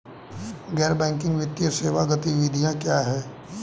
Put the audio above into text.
गैर बैंकिंग वित्तीय सेवा गतिविधियाँ क्या हैं?